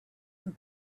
and